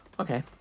Okay